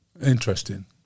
Interesting